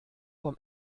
vom